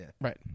right